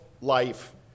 life